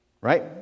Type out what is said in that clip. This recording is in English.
right